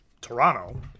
Toronto